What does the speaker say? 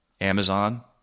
Amazon